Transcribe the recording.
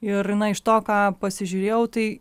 ir na iš to ką pasižiūrėjau tai